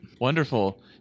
Wonderful